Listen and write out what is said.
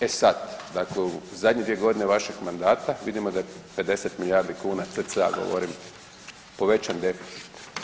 E sad, dakle u zadnje 2 godine vašeg mandata vidimo da je 50 milijarda kuna cca govorim povećan deficit.